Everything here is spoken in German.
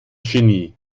genie